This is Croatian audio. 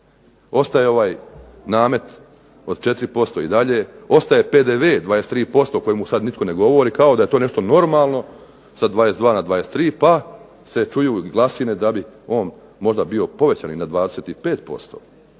Ostaje ovaj namet od 4% i dalje, ostaje PDV 23% o kome sada nitko ne govori kao da je to nešto normalno sa 22 na 23, pa se čuju i glasine da bi on bio možda povećan i na 25%.